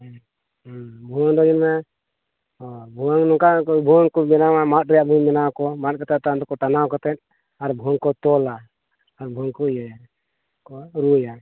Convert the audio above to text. ᱦᱮᱸ ᱦᱮᱸ ᱵᱷᱩᱣᱟᱹᱝ ᱫᱚ ᱦᱩᱭᱱᱟ ᱚᱱᱮ ᱵᱷᱩᱣᱟᱹᱝ ᱱᱚᱝᱠᱟ ᱠᱚ ᱵᱷᱩᱣᱟᱹᱝ ᱠᱚ ᱵᱮᱱᱟᱣᱟ ᱢᱟᱫ ᱨᱮᱭᱟᱜ ᱵᱤᱱ ᱵᱮᱱᱟᱣ ᱟᱠᱚᱣᱟ ᱢᱟᱫ ᱠᱚᱛᱮᱫ ᱛᱟᱭᱚᱢ ᱫᱚ ᱴᱟᱱᱟᱣ ᱠᱟᱛᱮᱫ ᱟᱨ ᱵᱷᱩᱣᱟᱹᱝ ᱠᱚ ᱛᱚᱞᱟ ᱟᱨ ᱵᱷᱩᱣᱟᱹᱝ ᱠᱚ ᱤᱭᱟᱹᱭᱟ ᱠᱚ ᱨᱩᱻᱭᱟ